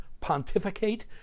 pontificate